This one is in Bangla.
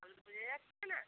ও বোঝা যাচ্ছে না